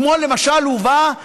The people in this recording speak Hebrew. כמו למשל הובאה